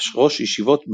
ראש ישיבות בעלז.